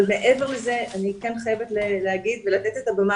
מעבר לזה אני כן חייבת לומר ולתת את הבמה